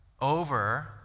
Over